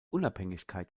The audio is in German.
unabhängigkeit